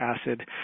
acid